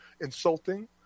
insulting